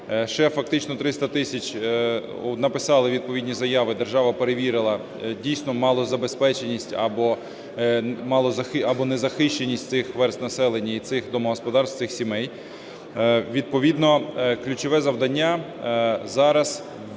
Ще фактично 300 тисяч написали відповідні заяви. Держава перевірила дійсно малозабезпеченість або незахищеність цих верст населення і цих домогосподарств, цих сімей. Відповідно ключове завдання зараз -